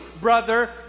brother